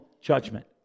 judgment